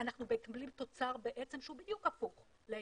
אנחנו מקבלים תוצר שהוא בדיוק הפוך לעניין.